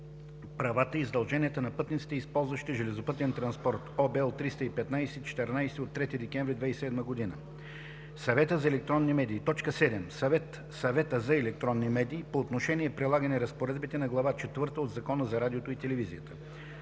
правата и задълженията на пътниците, използващи железопътен транспорт (OB, L 315/14 от 3 декември 2007 г.); 7. Съветът за електронни медии – по отношение прилагане разпоредбите на глава четвърта от Закона за радиото и телевизията;